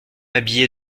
habillé